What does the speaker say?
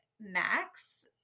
Max